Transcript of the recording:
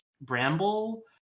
Bramble